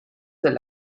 del